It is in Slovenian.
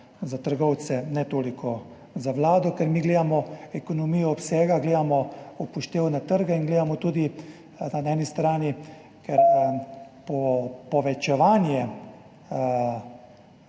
za trgovce, ne toliko za Vlado, ker mi gledamo ekonomijo obsega, gledamo upoštevne trge in gledamo tudi na eni strani, ker povečevanje